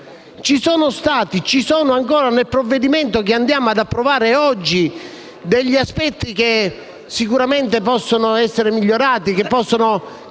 Ci sono stati e ci sono ancora, nel provvedimento che andremo ad approvare oggi, degli aspetti che sicuramente possono essere migliorati e che possono